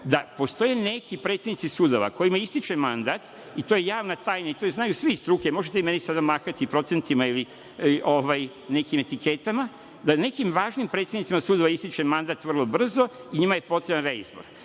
da postoje neki predsednici sudova kojima ističe mandat i to je javna tajna i to znaju svi iz struke, možete vi meni sada mahati procentima ili nekim etiketama, da nekim važnim predsednicima sudova ističe mandat vrlo brzo i njima je potreban reizbor.